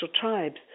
tribes